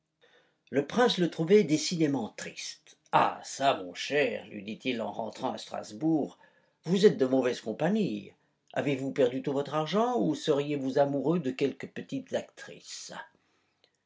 le prince le trouvait décidément triste ah çà mon cher lui dit-il en rentrant à strasbourg vous êtes de mauvaise compagnie avez-vous perdu tout votre argent ou seriez-vous amoureux de quelque petite actrice